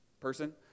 person